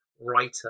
writer